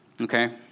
Okay